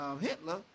Hitler